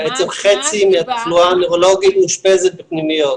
בעצם חצי מהתחלואה הנוירולוגית מאושפזת בפנימיות.